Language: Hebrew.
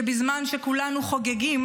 שבזמן שכולנו חוגגים,